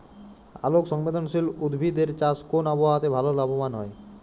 আলোক সংবেদশীল উদ্ভিদ এর চাষ কোন আবহাওয়াতে ভাল লাভবান হয়?